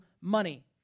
money